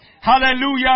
Hallelujah